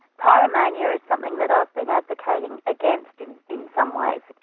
pyromania is something that i've been advocating against in in some ways.